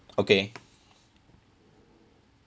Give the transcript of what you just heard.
okay